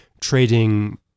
trading